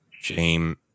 Shame